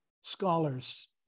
scholars